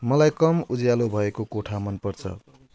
मलाई कम उज्यालो भएको कोठा मनपर्छ